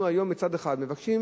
אנחנו היום מצד אחד מבקשים